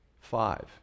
Five